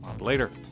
later